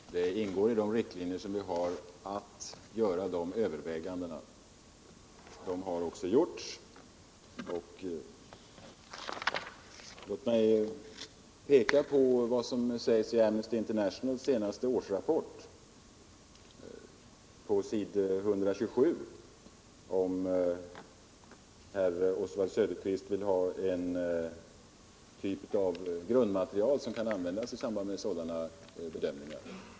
Herr talman! Det ingår i de riktlinjer som vi har att göra de här övervägandena. Det har också gjorts. Låt mig hänvisa herr Söderqvist till vad som står på s. 127 i Amnesty Internationals senaste årsrapport, om han vill ha en typ av grundmaterial som kan användas i samband med sådana här bedömningar.